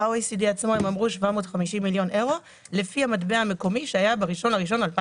ב-OECD עצמו הם אמרו 750 מיליון יורו לפי המטבע המקומי שהיה ב-1.1.2015.